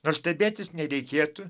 nors stebėtis nereikėtų